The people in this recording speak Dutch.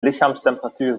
lichaamstemperatuur